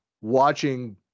watching